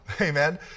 Amen